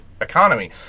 economy